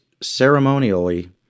ceremonially